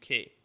UK